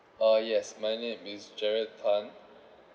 uh yes my name is jared tan